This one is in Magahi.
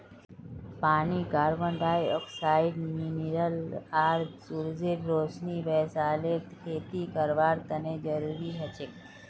पानी कार्बन डाइऑक्साइड मिनिरल आर सूरजेर रोशनी शैवालेर खेती करवार तने जरुरी हछेक